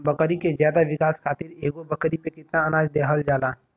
बकरी के ज्यादा विकास खातिर एगो बकरी पे कितना अनाज देहल जाला?